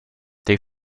they